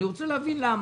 אני רוצה להבין למה.